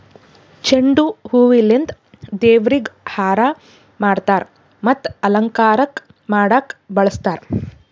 ಚೆಂಡು ಹೂವಿಲಿಂತ್ ದೇವ್ರಿಗ್ ಹಾರಾ ಮಾಡ್ತರ್ ಮತ್ತ್ ಅಲಂಕಾರಕ್ಕ್ ಮಾಡಕ್ಕ್ ಬಳಸ್ತಾರ್